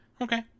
Okay